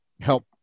help